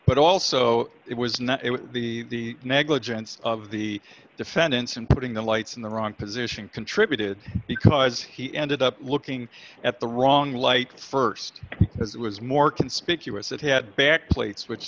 but also it was not the negligence of the defendants in putting the lights in the wrong position contributed because he ended up looking at the wrong light st it was more conspicuous that he had backplates which